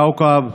כאוכב,